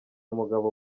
mugabo